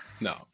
no